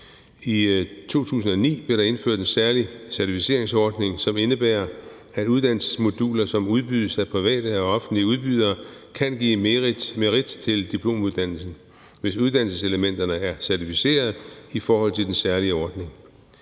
I 2009 blev der indført en særlig certificeringsordning, som indebærer, at uddannelsesmoduler, som udbydes af private og offentlige udbydere, kan give merit til diplomuddannelsen, hvis uddannelseselementerne er certificeret i forhold til den særlige ordning.